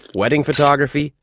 wedding photography,